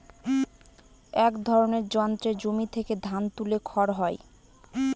এক ধরনের যন্ত্রে জমি থেকে ধান তুলে খড় হয়